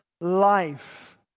life